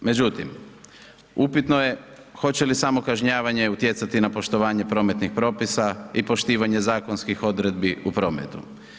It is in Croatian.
Međutim, upitno je hoće li samo kažnjavanje utjecati na poštovanje prometnih propisa i poštivanje zakonskih odredbi u prometu.